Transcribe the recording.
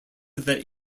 that